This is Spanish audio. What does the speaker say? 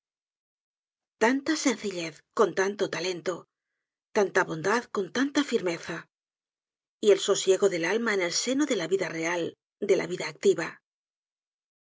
tanta sencillez con tanto talento tanta bondad coü tanta firmeza y el sosiego del alma en el seno de lá vida real de la vida activa